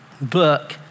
book